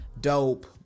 dope